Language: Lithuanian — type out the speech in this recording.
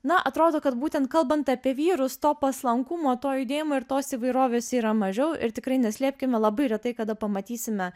na atrodo kad būtent kalbant apie vyrus to paslankumo to judėjimo ir tos įvairovės yra mažiau ir tikrai neslėpkime labai retai kada pamatysime